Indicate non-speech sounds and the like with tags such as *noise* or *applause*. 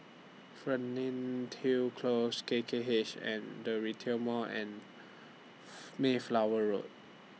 Fernhill Close K K H and The Retail Mall and *noise* Mayflower Road